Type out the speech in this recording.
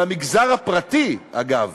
למגזר הפרטי, אגב.